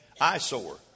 eyesore